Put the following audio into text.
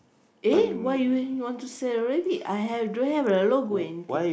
eh why you really want to sell your rabbit I have don't have the anything